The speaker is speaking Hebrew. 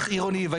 בסיסיים.